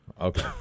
okay